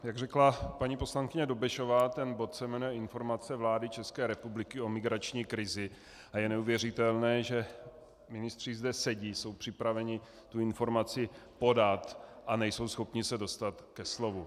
Jak řekla paní poslankyně Dobešová, ten bod se jmenuje Informace vlády České republiky o migrační krizi a je neuvěřitelné, že ministři zde sedí, jsou připraveni tu informaci podat a nejsou schopni se dostat ke slovu.